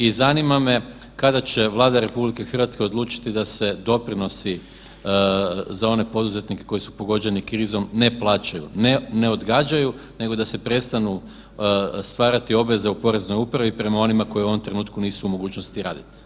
I zanima me, kada će Vlada RH odlučiti da se doprinosi za one poduzetnike koji su pogođeni krizom ne plaćaju, ne odgađaju nego da se prestanu stvarati obveze u Poreznoj upravi prema onima koji u ovom trenutku nisu u mogućnosti raditi?